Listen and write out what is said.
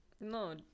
No